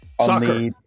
Soccer